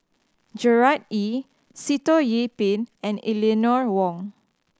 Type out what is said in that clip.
Gerard Ee Sitoh Yih Pin and Eleanor Wong